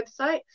website